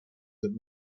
that